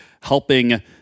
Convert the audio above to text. helping